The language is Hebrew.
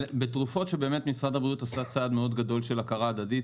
בתרופות שבאמת משרד הבריאות עשה צעד מאוד גדול של הכרה הדדית,